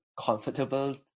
comfortable